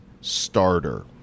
Starter